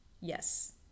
Yes